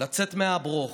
לצאת מהברוך.